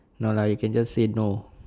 no lah you can just say no